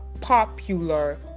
popular